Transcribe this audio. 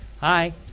Hi